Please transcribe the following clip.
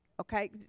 okay